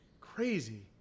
crazy